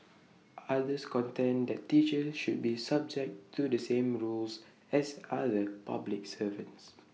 others contend that teachers should be subject to the same rules as other public servants